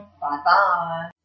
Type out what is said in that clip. bye-bye